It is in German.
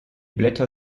blätter